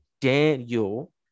Daniel